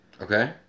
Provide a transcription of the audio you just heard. Okay